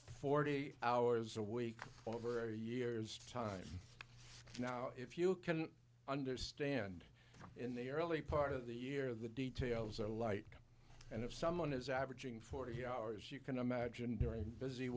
forty hours a week over a year's time now if you can understand in the early part of the year the details are light and if someone is averaging forty hours you can imagine very busy